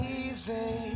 easy